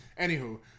anywho